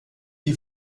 die